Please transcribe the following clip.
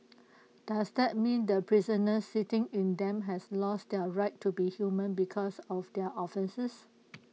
does that mean the prisoners sitting in them has lost their right to be human because of their offences